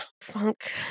Funk